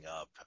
up